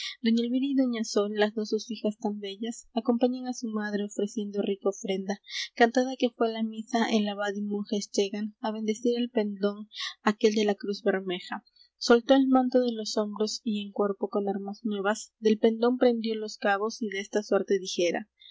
sol las dos sus fijas tan bellas acompañan á su madre ofreciendo rica ofrenda cantada que fué la misa el abad y monjes llegan á bendecir el pendón aquel de la cruz bermeja soltó el manto de los hombros y en cuerpo con armas nuevas del pendón prendió los cabos y desta suerte dijera